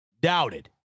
doubted